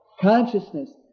consciousness